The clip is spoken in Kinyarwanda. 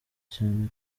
cyane